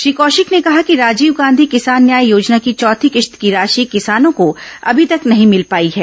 श्री कौशिक ने कहा कि राजीव गांधी किसान न्याय योजना की चौथी किश्त की राशि किसानों को अभी तक नहीं मिल पाई है